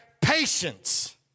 patience